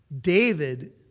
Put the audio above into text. David